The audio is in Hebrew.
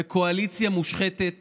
בקואליציה מושחתת